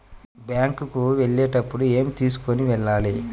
Bank కు వెళ్ళేటప్పుడు ఏమి తీసుకొని వెళ్ళాలి?